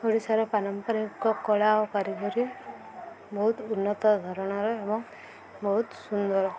ଓଡ଼ିଶାର ପାରମ୍ପରିକ କଳା ଓ କାରିଗରୀ ବହୁତ ଉନ୍ନତ ଧରଣର ଏବଂ ବହୁତ ସୁନ୍ଦର